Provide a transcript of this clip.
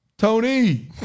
Tony